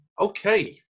okay